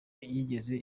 yigeze